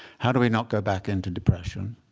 how do we not go back into depression?